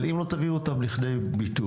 אבל אם לא תביאו אותם לכדי ביטוי,